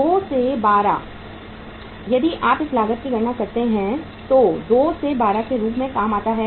2 से 12 यदि आप इस लागत की गणना करते हैं तो 2 से 12 के रूप में काम करता है